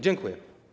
Dziękuję.